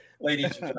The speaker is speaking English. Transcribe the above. ladies